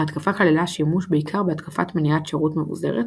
ההתקפה כללה שימוש בעיקר בהתקפת מניעת שרות מבוזרת,